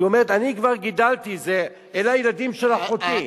היא אומרת: אני כבר גידלתי, אלה הילדים של אחותי.